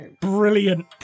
Brilliant